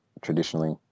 Traditionally